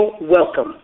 welcome